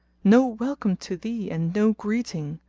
no welcome to thee and no greeting,